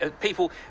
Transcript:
people